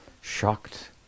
shocked